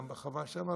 גם בחווה שם,